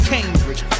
Cambridge